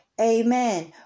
Amen